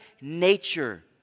nature